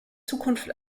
zukunft